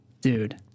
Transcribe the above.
Dude